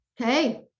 Okay